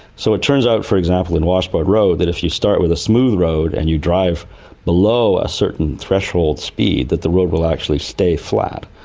so it turns out, for example, in washboard road that if you start with a smooth road and you drive below a certain threshold speed, that the road will actually stay flat,